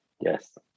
Yes